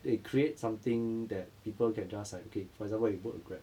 they create something that people can just like okay for example you book a Grab